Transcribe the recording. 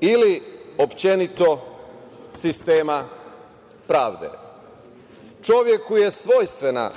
ili uopšte sistema pravde. Čoveku je svojstvena